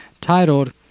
titled